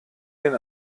den